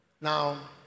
Now